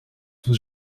tous